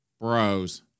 Bros